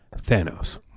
Thanos